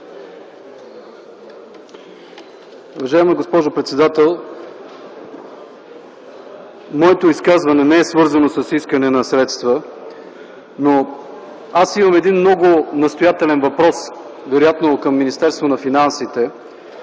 Уважаема госпожо председател, моето изказване не е свързано с искане на средства, но аз имам един много настоятелен въпрос, вероятно към Министерството на финансите,